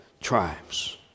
tribes